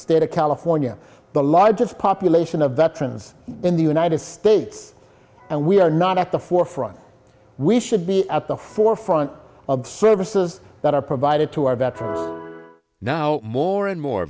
state of california the largest population of the trends in the united states and we are not at the forefront we should be at the forefront of the services that are provided to our veterans now more and more